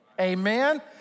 Amen